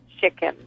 chicken